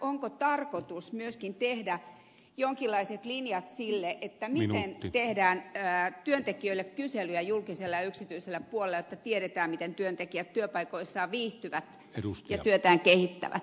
onko tarkoitus myöskin tehdä jonkinlaiset linjat sille miten tehdään työntekijöille kyselyjä julkisella ja yksityisellä puolella jotta tiedetään miten työntekijät työpaikoissaan viihtyvät ja työtään kehittävät